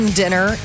dinner